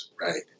right